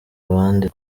abandi